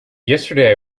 yesterday